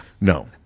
No